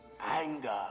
Anger